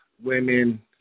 Women